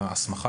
בתקנות?